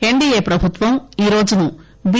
NDA ప్రభుత్వం ఈరోజును B